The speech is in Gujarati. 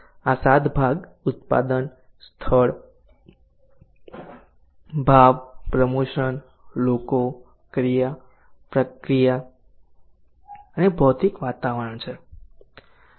આ 7 ભાગ ઉત્પાદન સ્થળ ભાવ પ્રમોશન લોકો પ્રક્રિયા અને ભૌતિક વાતાવરણ છે